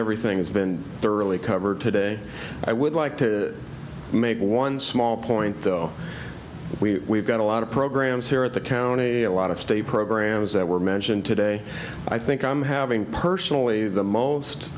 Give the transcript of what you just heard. everything's been thoroughly covered today i would like to make one small point though we got a lot of programs here at the county a lot of state programs that were mentioned today i think i'm having personally the most